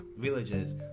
villages